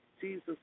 Jesus